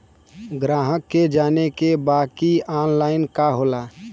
ग्राहक के जाने के बा की ऑनलाइन का होला?